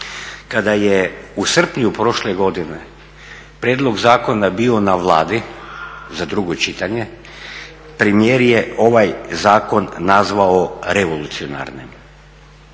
Kada je u srpnju prošle godine prijedlog zakona bio na Vladi za drugo čitanje, premijer je ovaj zakon nazvao revolucionarnim.